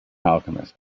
alchemist